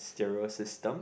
stereo system